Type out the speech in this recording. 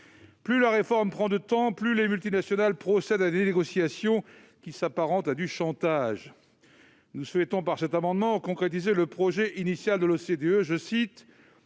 Plus la réforme prend de temps, plus les multinationales procèdent à des négociations qui s'apparentent à du chantage. Nous souhaitons par cet amendement concrétiser le projet initial de l'OCDE :«